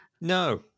No